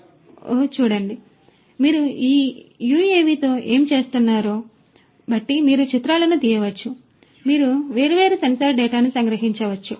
మరియు మీరు ఈ యుఎవితో ఏమి చేస్తున్నారో బట్టి మీరు చిత్రాలను తీయవచ్చు మీరు వేర్వేరు సెన్సార్ డేటాను సంగ్రహించవచ్చు